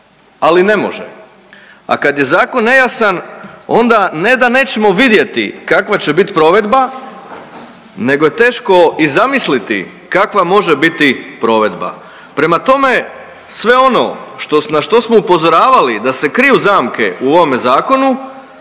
ali ne može, a kad je zakon nejasan onda ne da nećemo vidjeti kakva će bit provedba nego je teško i zamisliti kakva može biti provedba. Prema tome, sve ono na što smo upozoravali da se kriju zamke u ovome zakonu